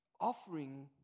offering